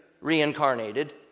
reincarnated